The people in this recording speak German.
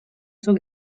zur